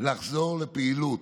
לחזור לפעילות,